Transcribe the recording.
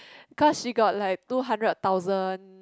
cos she got like two hundred thousand